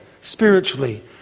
spiritually